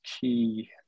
key